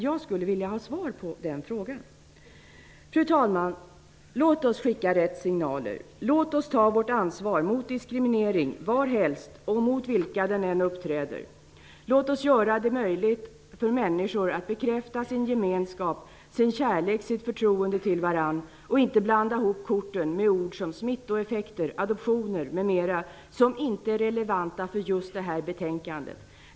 Jag skulle vilja ha svar på den frågan. Fru talman! Låt oss skicka rätt signaler, låt oss ta vårt ansvar mot diskriminering varhelst och mot vilka den än uppträder och låt oss göra det möjligt för människor att bekräfta sin gemenskap, kärlek och sitt förtroende för varandra och inte blanda ihop korten med ord som smittoeffekt, adoption m.m. som inte är relevanta för just detta betänkande.